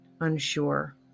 unsure